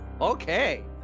Okay